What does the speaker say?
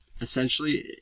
Essentially